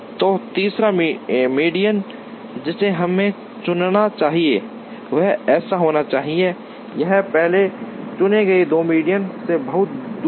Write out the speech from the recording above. तो तीसरा मीडियन जिसे हमें चुनना चाहिए वह ऐसा होना चाहिए यह पहले चुने गए दो मीडियन से बहुत दूर है